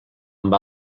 amb